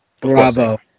Bravo